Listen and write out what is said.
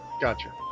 Gotcha